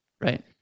Right